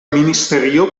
ministerio